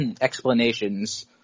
explanations